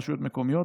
רשויות מקומיות,